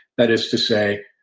that is to say,